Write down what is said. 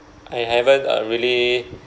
I haven't uh really